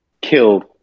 killed